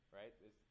right